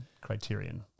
criterion